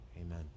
amen